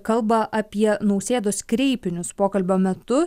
kalba apie nausėdos kreipinius pokalbio metu